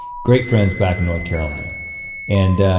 great friends back in north carolina and